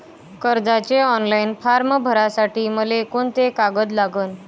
कर्जाचे online form भरासाठी मले कोंते कागद लागन?